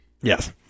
Yes